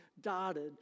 dotted